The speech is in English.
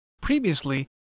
Previously